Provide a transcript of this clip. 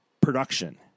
production